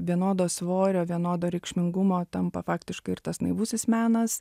vienodo svorio vienodo reikšmingumo tampa faktiškai ir tas naivusis menas